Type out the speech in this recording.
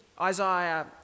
Isaiah